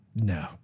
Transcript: No